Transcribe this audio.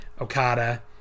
Okada